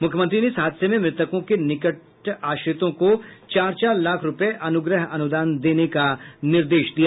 मुख्यमंत्री ने इस हादसे में मृतकों के निकट आश्रितों को चार चार लाख रुपये अनुग्रह अनुदान देने का निर्देश दिया है